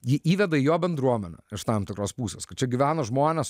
jį įveda į jo bendruomenę iš tam tikros pusės kad čia gyvena žmonės